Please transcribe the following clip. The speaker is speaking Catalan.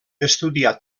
estudià